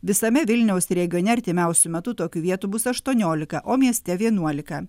visame vilniaus regione artimiausiu metu tokių vietų bus aštuoniolika o mieste vienuolika